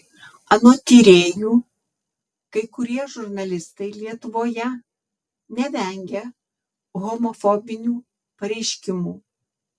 anot tyrėjų kai kurie žurnalistai lietuvoje nevengia homofobinių pareiškimų